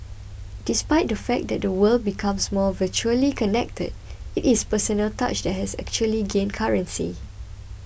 despite the fact that the world becomes more virtually connected it is the personal touch that has actually gained currency